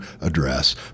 address